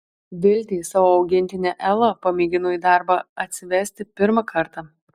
viltė savo augintinę elą pamėgino į darbą atsivesti pirmą kartą